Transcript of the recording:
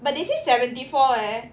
but they say seventy four leh